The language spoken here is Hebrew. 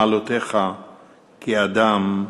מעלותיך כאדם,